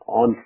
on